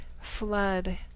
flood